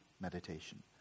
meditation